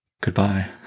Goodbye